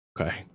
Okay